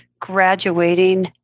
graduating